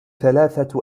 ثلاثة